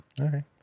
Okay